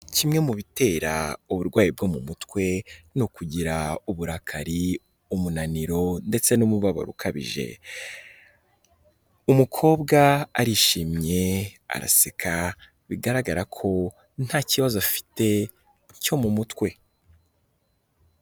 Kimwe mu bitera uburwayi bwo mu mutwe, ni ukugira uburakari, umunaniro ndetse n'umubabaro ukabije. Umukobwa arishimye, araseka, bigaragara ko nta kibazo afite cyo mu mutwe.